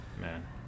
man